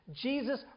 Jesus